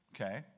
Okay